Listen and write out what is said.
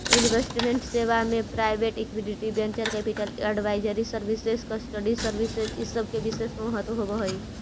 investment सेवा में private equity, venture capital, advisory service, custody service इ सब के विशेष महत्व होवऽ हई